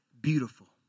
beautiful